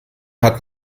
hat